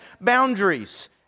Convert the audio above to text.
boundaries